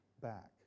back